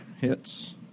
hits